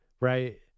right